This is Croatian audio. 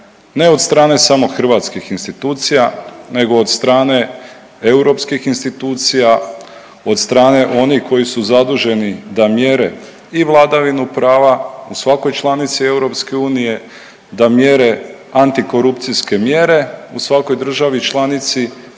ne od strane samo hrvatskih institucija, nego od strane europskih institucija, od strane onih koji su zaduženi da mjere i vladavinu prava u svakoj članici Europske unije, da mjere antikorupcijske mjere u svakoj državi članici